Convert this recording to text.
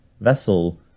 vessel